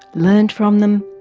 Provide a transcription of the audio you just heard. learned from them,